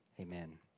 amen